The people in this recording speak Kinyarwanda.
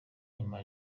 nyuma